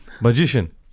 Magician